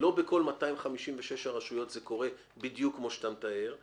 אני חושב שלא בכל 256 הרשויות זה קורה בדיוק כמו שאתה מתאר,